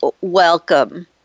welcome